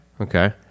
Okay